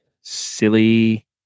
Silly